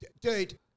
Dude